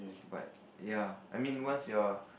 but ya I mean once your